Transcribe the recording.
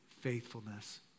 faithfulness